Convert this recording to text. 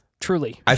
truly